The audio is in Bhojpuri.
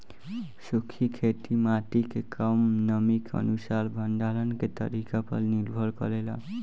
सूखी खेती माटी के कम नमी के अनुसार भंडारण के तरीका पर निर्भर करेला